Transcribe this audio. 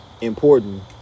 important